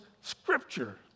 Scripture